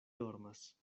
dormas